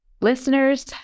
Listeners